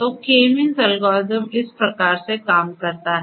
तो K means algorithm इस प्रकार से काम करता है